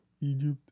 Egypt